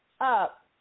up